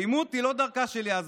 אלימות היא לא דרכה של יזבק,